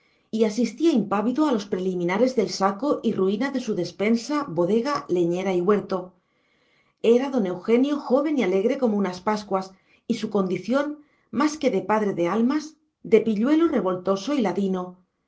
y asistía impávido a los preliminares del saco y ruina de su despensa bodega leñera y huerto era don eugenio joven y alegre como unas pascuas y su condición más que de padre de almas de pilluelo revoltoso y ladino